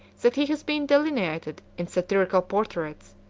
that he has been delineated in satirical portraits,